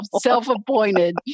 self-appointed